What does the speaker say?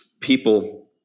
people